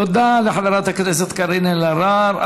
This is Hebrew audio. תודה לחברת הכנסת קארין אלהרר.